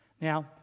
Now